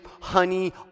honey